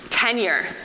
Tenure